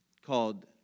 called